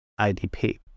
IDP